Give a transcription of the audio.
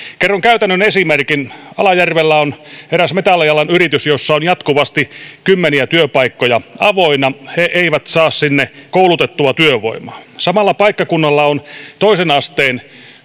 kerron käytännön esimerkin alajärvellä on eräs metallialan yritys jossa on jatkuvasti kymmeniä työpaikkoja avoinna he eivät saa sinne koulutettua työvoimaa samalla paikkakunnalla on toisen asteen